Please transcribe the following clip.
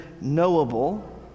knowable